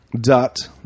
Dot